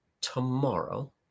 Tomorrow